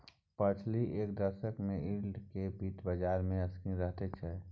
पछिला एक दशक सँ यील्ड केँ बित्त बजार मे सक्रिय रहैत छै